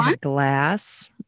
glass